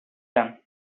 them